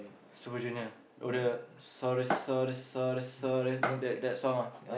Super-Junior oh the sorry sorry sorry sorry that that song ah